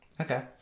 Okay